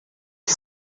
the